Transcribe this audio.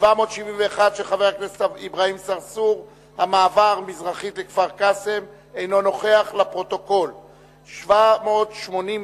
בשבט התש"ע (10 בפברואר 2010): המשך תפקודן התקין של עמותות מסוימות